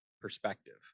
perspective